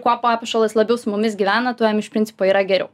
kuo papuošalas labiau su mumis gyvena tuo jam iš principo yra geriau